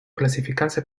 clasificarse